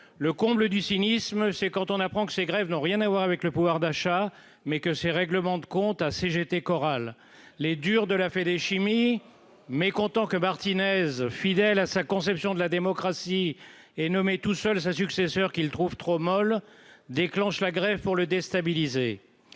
le comble du cynisme, c'est quand on apprend que ces grèves n'ont rien à voir avec le pouvoir d'achat, mais que ces règlements de comptes à CGT chorale les durs de la fédé chimie mécontent que Martinez, fidèle à sa conception de la démocratie est nommé tout seul sa successeur qu'il trouve trop molle déclenchent la grève pour le déstabiliser